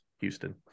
Houston